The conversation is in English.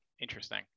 interesting